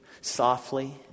softly